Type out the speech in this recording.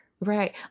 Right